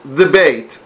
debate